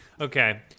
Okay